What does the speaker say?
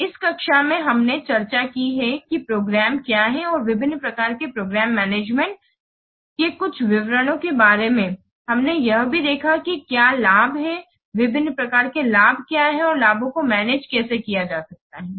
इसलिए इस कक्षा में हमने चर्चा की है कि एक प्रोग्राम क्या है और विभिन्न प्रकार के प्रोग्राम मैनेजमेंट के कुछ विवरणों के बारे में हमने यह भी देखा है कि क्या लाभ है विभिन्न प्रकार के लाभ क्या हैं और लाभों को मैनेज कैसे किया जा सकता है